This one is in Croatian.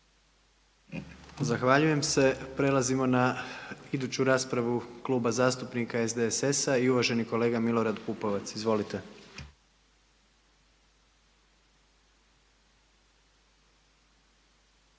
Zahvaljujem se. Prelazimo na iduću raspravu Kluba zastupnika SDSS-a i uvaženi kolega Milorad Pupovac. Izvolite.